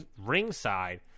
ringside